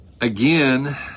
Again